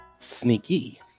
sneaky